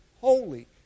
holy